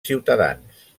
ciutadans